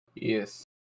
Yes